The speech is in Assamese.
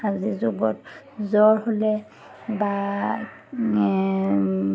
আজিৰ যুগত জ্বৰ হ'লে বা